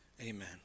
Amen